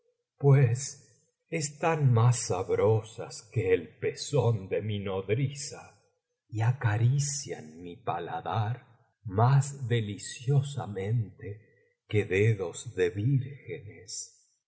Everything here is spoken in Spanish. pues están más sabrosas que el pezón de mi nodriza y acarician mi paladar más deliciosamente que dedos de vírgenes